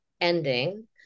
ending